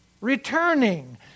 Returning